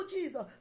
Jesus